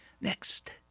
Next